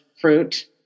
fruit